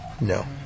No